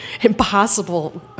impossible